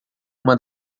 uma